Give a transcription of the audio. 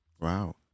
Wow